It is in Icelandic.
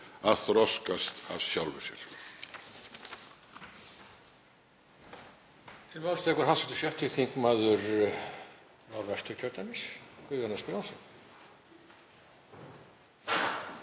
að þroskast af sjálfu sér.